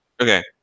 Okay